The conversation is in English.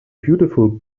beautiful